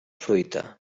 fruita